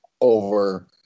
over